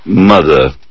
mother